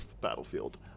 battlefield